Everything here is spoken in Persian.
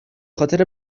خاطر